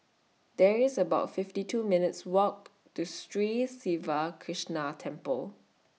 There IS about fifty two minutes' Walk to Sri Siva Krishna Temple